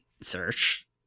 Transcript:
search